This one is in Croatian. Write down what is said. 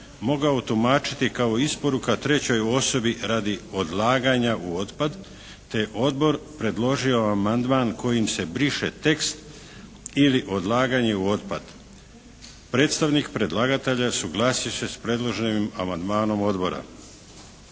mogao tumačiti kao isporuka trećoj osobi radi odlaganja u otpad te je odbor predložio amandman kojim se briše tekst ili odlaganje u otpad. Predstavnik predlagatelja suglasio se s predloženim amandmanom odbora.